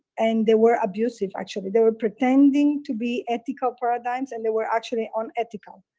and they were abusive, actually. they were pretending to be ethical paradigms, and they were actually unethical.